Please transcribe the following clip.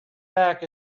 back